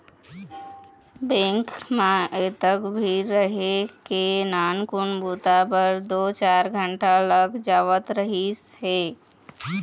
bank म अतेक भीड़ रहय के नानकुन बूता बर दू चार घंटा लग जावत रहिस हे